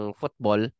football